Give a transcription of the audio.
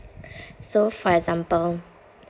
so for example